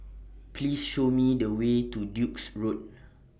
Please Show Me The Way to Duke's Road